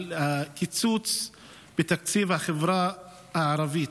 על קיצוץ בתקציב החברה הערבית.